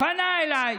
פנה אליי